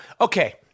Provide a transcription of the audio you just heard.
Okay